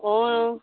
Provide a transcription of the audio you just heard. অঁ